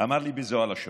אמר לי בזו הלשון: